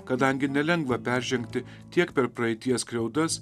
kadangi nelengva peržengti tiek per praeities skriaudas